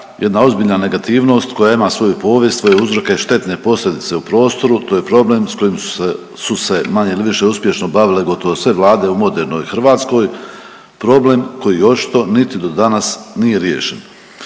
jedna ozbiljna negativnost koja ima svoju povijest, svoje uzorke i štetne posljedice u prostoru. To je problem s kojim su se manje-više uspješno bavile gotovo sve vlade u modernoj Hrvatskoj. Problem koji očito niti do danas nije riješen.